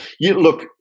Look